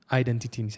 identity